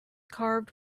carved